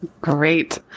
Great